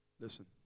Listen